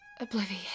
obliviate